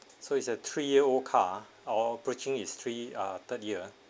so it's a three year old car or approaching its three ah third year